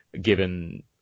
given